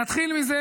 נתחיל מזה